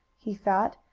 he thought,